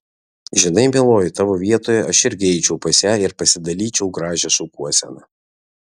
žinai mieloji tavo vietoje aš irgi eičiau pas ją ir pasidalyčiau gražią šukuoseną